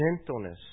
gentleness